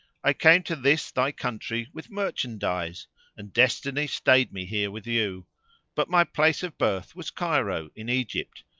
i came to this thy country with merchandise and destiny stayed me here with you but my place of birth was cairo, in egypt,